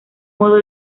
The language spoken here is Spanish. modo